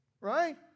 Right